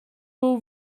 will